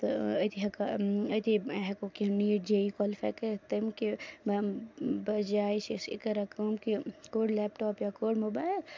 تہٕ أتی ہٮ۪کا أتی ہٮ۪کو کینٛہہ نیٖٹ جے ای کالِفَاے کٔرِتھ تَمہِ کہِ بَجاے چھِ أسۍ اِ کَران کٲم کہِ کوٚڈ لیپٹاپ یا کوٚڑ موبایِل